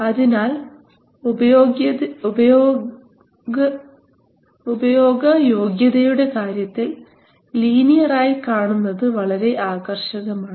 അതിനാൽ ഉപയോഗയോഗ്യതയുടെ കാര്യത്തിൽ ലീനിയറായി കാണുന്നത് വളരെ ആകർഷകമാണ്